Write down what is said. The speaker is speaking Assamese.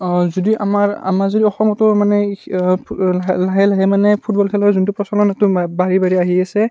যদি আমাৰ আমাৰ যদি অসমতো মানে লাহে লাহে লাহে মানে ফুটবল খেলৰ যোনটো প্ৰচলনটো বাঢ়ি বাঢ়ি আহি আছে